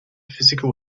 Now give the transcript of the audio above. physical